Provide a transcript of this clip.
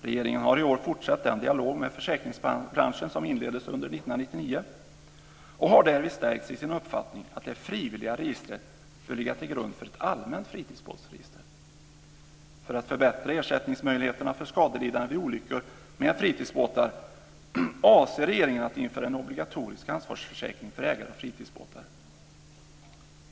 Regeringen har i år fortsatt den dialog med försäkringsbranschen som inleddes under år 1999 och har därvid stärkts i sin uppfattning att det frivilliga registret bör ligga till grund för ett allmänt fritidsbåtsregister. För att förbättra ersättningsmöjlighetena för skadelidande vid olyckor med fritidsbåtar avser regeringen att införa en obligatorisk ansvarsförsäkring för ägare av fritidsbåtar.